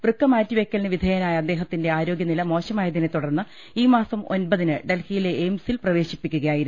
വൃക്ക മാറ്റിവയ്ക്കലിന് വിധ്യേനായ അദ്ദേ ഹത്തിന്റെ ആരോഗ്യനില മോശമായതിനെത്തുടർന്ന് ഈ മാസം ഒമ്പതിന് ഡൽഹിയിലെ എയിംസിൽ പ്രവേശിപ്പിക്കുക യായിരുന്നു